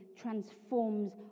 transforms